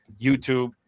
YouTube